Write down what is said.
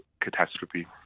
catastrophe